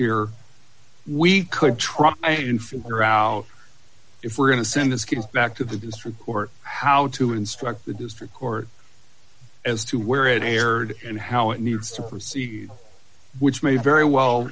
here we could try and figure out if we're going to send his kids back to the district court how to instruct the district court as to where it occurred and how it needs to proceed which may very well